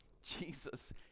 Jesus